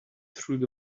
through